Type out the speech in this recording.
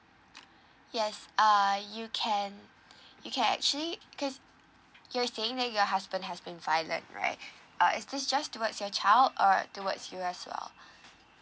yes err you can you can actually because you're saying that your husband has been violent right uh is this just towards your child or towards you as well